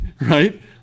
right